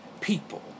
people